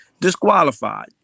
disqualified